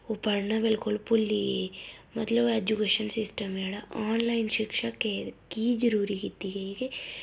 ओह् पढ़ना बिलकुल भुल्ली गे मतलब ऐजुकेशन सिस्टम जेह्ड़ा आनलाइन शिक्षा की जरूरी कीती गेई कि